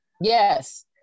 Yes